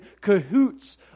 cahoots